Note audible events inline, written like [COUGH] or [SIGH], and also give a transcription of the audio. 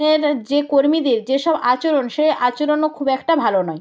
হ্যাঁ [UNINTELLIGIBLE] যে কর্মীদের যেসব আচরণ সেই আচরণও খুব একটা ভালো নয়